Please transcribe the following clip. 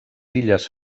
illes